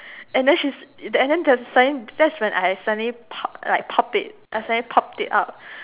and then she and then there's suddenly that's when I suddenly pop like pop it I suddenly pop it out